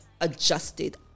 adjusted